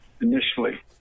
initially